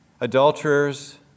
adulterers